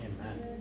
Amen